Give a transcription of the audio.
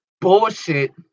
bullshit